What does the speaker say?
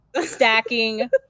stacking